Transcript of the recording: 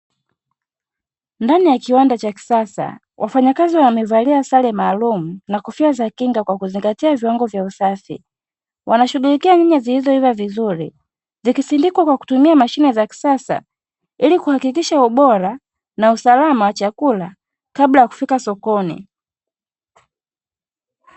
Ndani ya kiwanda cha kisasa, wafanyakazi wamevalia sare maalumu na kofia za kinga kwa kuzingatia viwango vya usafi wanashughulikia nyanya zilizoiva vizuri zikisindikwa kwa kutumia mashine za kisasa ili kuhakikisha ubora na usalama wa chakula kabla ya kufika sokoni.